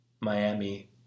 Miami